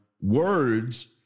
words